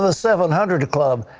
ah seven hundred club.